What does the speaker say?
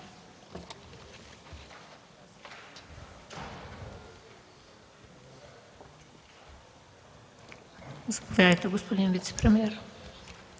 господин вицепремиер.